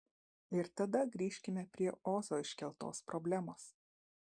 ir tada grįžkime prie ozo iškeltos problemos